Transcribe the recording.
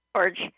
George